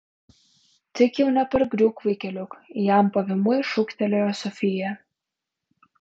tik jau nepargriūk vaikeliuk jam pavymui šūktelėjo sofija